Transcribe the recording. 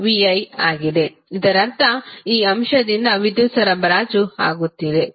i ಆಗಿದೆ ಇದರರ್ಥ ಈ ಅಂಶದಿಂದ ವಿದ್ಯುತ್ ಸರಬರಾಜು ಆಗುತ್ತಿದೆ